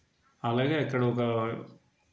అలాగే ఇక్కడ ఒక